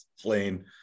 plane